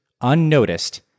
unnoticed